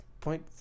point